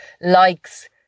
likes